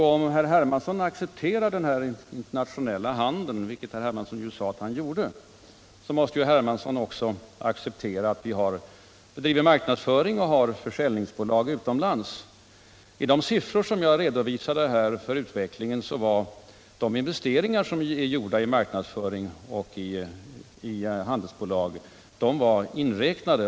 Om herr Hermansson accepterar den internationella handeln, vilket herr Hermansson sade att han gjorde, måste han också acceptera att vi driver marknadsföring och har försäljningsbolag utomlands. I de siffror för kapitalutförseln som jag redovisade var de investeringar som gjorts i marknadsföring och handelsbolag inräknade.